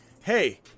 hey